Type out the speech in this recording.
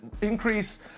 increase